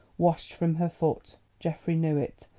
washed from her foot geoffrey knew it,